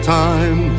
time